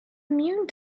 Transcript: immune